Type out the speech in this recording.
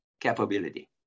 capability